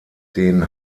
den